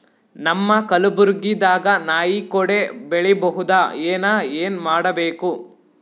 ನಮ್ಮ ಕಲಬುರ್ಗಿ ದಾಗ ನಾಯಿ ಕೊಡೆ ಬೆಳಿ ಬಹುದಾ, ಏನ ಏನ್ ಮಾಡಬೇಕು?